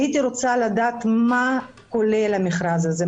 הייתי רוצה לדעת מה כולל המכרז הזה.